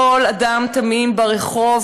כל אדם תמים ברחוב,